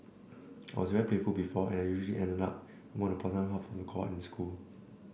I was very playful before and I usually ended up among the bottom half of the cohort in school